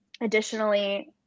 Additionally